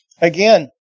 again